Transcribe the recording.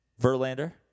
Verlander